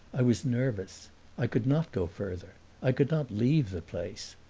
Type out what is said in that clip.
i was nervous i could not go further i could not leave the place.